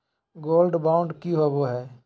Gold bond की होबो है?